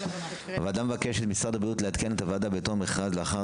הוועדה מבקשת ממשרד הבריאות לעדכן את הוועדה בתום המכרז לאחר